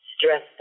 stress